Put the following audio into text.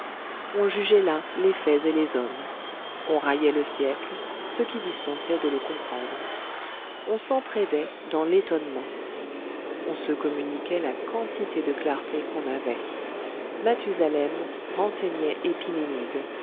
on jugeait là les faits et les hommes on raillait le siècle ce qui dispensait de le comprendre on s'entr'aidait dans l'étonnement on se communiquait la quantité de clarté qu'on avait mathusalem renseignait